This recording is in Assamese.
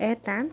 এটা